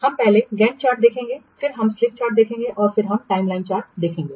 हम पहले Gantt chart देखेंगे फिर हम स्लिप लाइन चार्ट देखेंगे और फिर हम टाइमलाइन चार्ट देखेंगे